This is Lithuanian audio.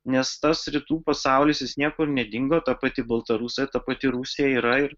nes tas rytų pasaulis jis niekur nedingo ta pati baltarusija ta pati rusija yra ir